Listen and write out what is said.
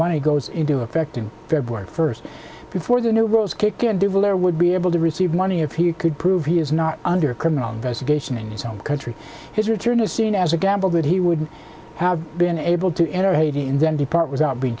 money goes into effect in february first before the new rules kick in divil there would be able to receive money if you could prove he is not under criminal investigation in his own country his return is seen as a gamble that he would have been able to enter haiti and then depart without being